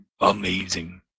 amazing